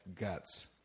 guts